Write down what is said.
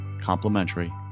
complimentary